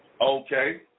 Okay